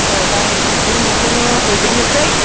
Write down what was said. औ दा आं बुद मुगखौनो हैग्रोनोसै